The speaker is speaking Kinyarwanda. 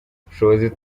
ubushobozi